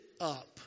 up